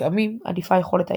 לפעמים עדיפה יכולת האיתור.